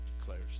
declares